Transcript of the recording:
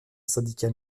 syndicat